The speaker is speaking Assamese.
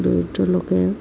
দৰিদ্ৰ লোকে